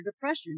depression